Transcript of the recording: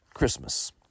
CHRISTMAS